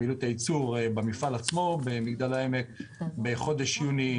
פעילות הייצור במפעל עצמו במגדל העמק בחודש יוני